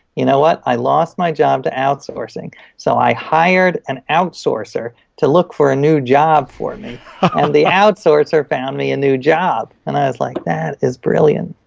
you know what? i lost my job to outsourcing so i hired an outsourcer to look for a new job for me and the outsourcer found me a and new job. and i was like, that is brilliant.